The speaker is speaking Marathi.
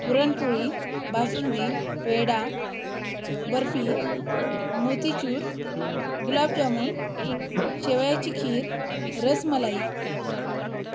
पुरणपोळी बासुंदी पेडा बर्फी मोतीचूर गुलाबजामून शेवयाची खीर रसमलाई